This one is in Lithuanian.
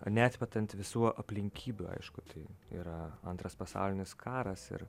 neatmetant visų aplinkybių aišku tai yra antras pasaulinis karas ir